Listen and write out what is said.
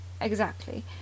exactly